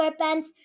Squarepants